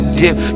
dip